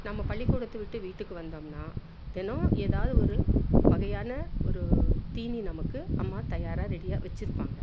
நம்ம பள்ளிக்கூடத்தை விட்டு வீட்டுக்கு வந்தோம்ன்னால் தினம் ஏதாவது ஒரு வகையான ஒரு தீனி நமக்கு அம்மா தயாராக ரெடியாக வெச்சுருப்பாங்க